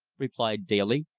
replied daly,